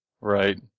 Right